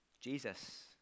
Jesus